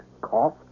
Cough